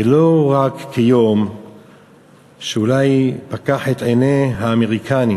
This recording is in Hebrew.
ולא רק כיום שאולי פקח את עיני האמריקנים